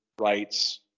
rights